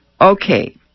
Okay